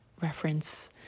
reference